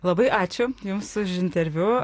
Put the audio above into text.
labai ačiū jums už interviu